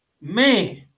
man